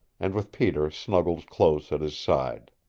and with peter snuggled close at his side.